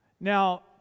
Now